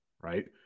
right